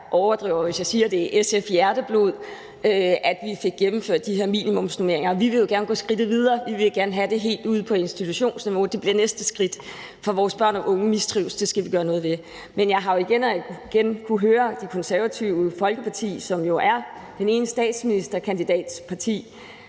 overdriver, hvis jeg siger, det er SF-hjerteblod, at vi fik gennemført de her minimumsnormeringer. Vi vil jo gerne gå skridtet videre. Vi vil gerne have det helt ud på institutionsniveau. Det bliver næste skridt, for vores børn og unge mistrives; det skal vi gøre noget ved. Men jeg har jo igen og igen kunnet høre Det Konservative Folkeparti – som jo er den ene stantsministerkandidats parti